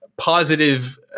positive